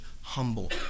humble